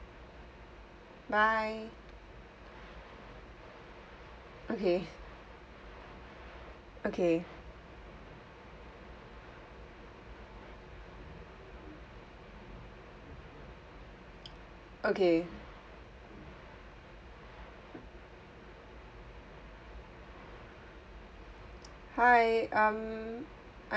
bye okay okay okay hi um